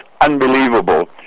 unbelievable